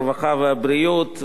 הרווחה והבריאות,